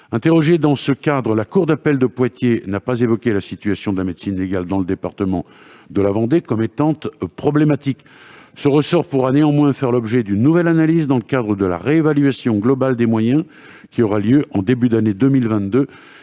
Interrogée dans ce cadre, la cour d'appel de Poitiers n'a pas évoqué la situation de la médecine légale dans le département de la Vendée comme posant problème. Ce ressort pourra néanmoins faire l'objet d'une nouvelle analyse dans le cadre de la réévaluation globale des moyens qui aura lieu en début d'année 2022.